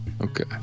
Okay